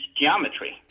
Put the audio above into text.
geometry